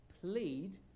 plead